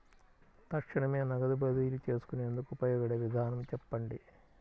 తక్షణమే నగదు బదిలీ చేసుకునేందుకు ఉపయోగపడే విధానము చెప్పండి?